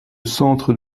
centre